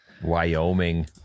Wyoming